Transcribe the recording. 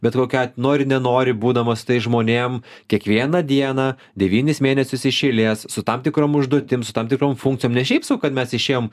bet kokiu at nori nenori būdamas su tais žmonėm kiekvieną dieną devynis mėnesius iš eilės su tam tikrom užduotim tam tikrom funkcijom ne šiaip sau kad mes išėjom